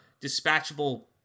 dispatchable